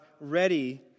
ready